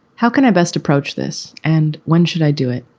how can i best approach this and when should i do it?